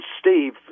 Steve